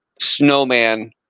snowman